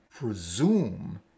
presume